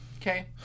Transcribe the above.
Okay